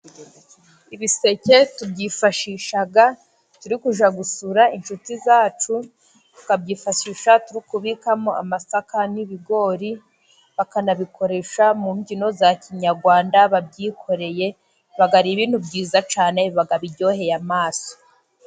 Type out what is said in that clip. Ibiseke tubyifashisha, turi kuyja gusura inshuti zacu, tukabyifashisha turi kubikamo amasaka n'ibigori, bakanabikoresha mu mbyino za kinyarwanda babyikoreye, biba ibintu byiza cyane biba biryoheye amaso.